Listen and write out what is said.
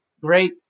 great